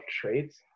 traits